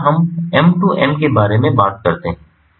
तो यहाँ हम M 2 M के बारे में बात करते हैं